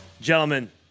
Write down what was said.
Gentlemen